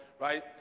right